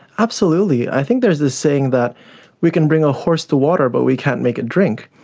absolutely. i think there is the saying that we can bring a horse to water but we can't make it drink.